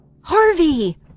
Harvey